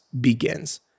begins